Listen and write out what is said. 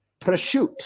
prosciutto